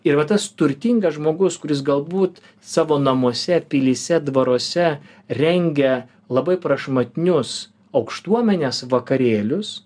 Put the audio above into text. ir va tas turtingas žmogus kuris galbūt savo namuose pilyse dvaruose rengia labai prašmatnius aukštuomenės vakarėlius